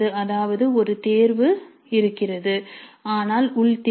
அதாவது ஒரு தேர்வு இருக்கிறது ஆனால் உள் தேர்வு